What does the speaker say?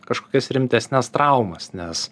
kažkokias rimtesnes traumas nes